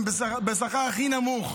הן בשכר הכי נמוך,